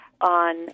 on